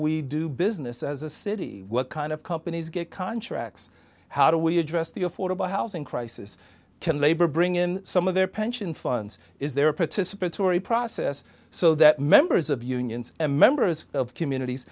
we do business as a city what kind of companies get contracts how do we address the affordable housing crisis can labor bring in some of their pension funds is there a participatory process so that members of unions or members of communities